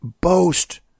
boast